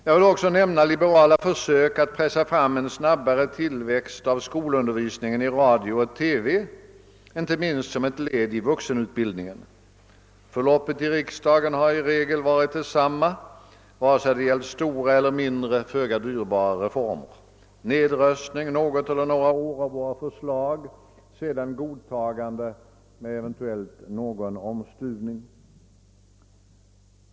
Jag vill också nämna liberala försök att pressa fram en snabbare tillväxt av skolundervisningen i radio och TV, inte minst som ett led i vuxenutbildningen. Förloppet i riksdagen har i regel varit detsamma vare sig det gällt stora eller mindre, föga dyrbara reformer: nedröstning något eller några år av våra förslag, sedan godtagande med eventuellt någon omstuvning.